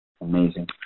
amazing